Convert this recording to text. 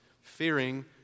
fearing